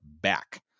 back